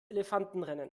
elefantenrennen